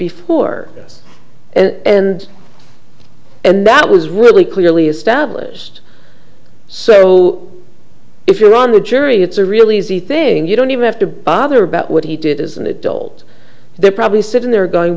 before this and and that was really clearly established so if you're on a jury it's a really easy thing you don't even have to bother about what he did as an adult there probably sitting there going